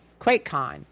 QuakeCon